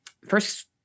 first